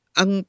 ang